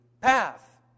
path